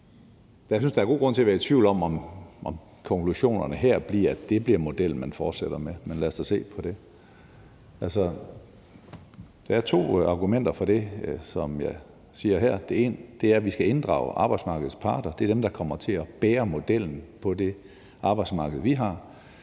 der er god grund til at være i tvivl om, om konklusionerne her bliver, at det bliver modellen, man fortsætter med. Men lad os da se på det. Altså, der er to argumenter for det, som jeg siger her. Det ene er, at vi skal inddrage arbejdsmarkedets parter; det er dem, der kommer til at bære modellen på det arbejdsmarked, vi har.